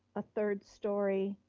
a third story